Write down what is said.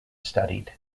studied